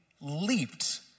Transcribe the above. leaped